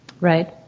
right